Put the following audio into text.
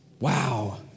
Wow